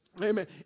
Amen